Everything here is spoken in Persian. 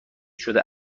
شده